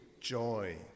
joy